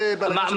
בלגן.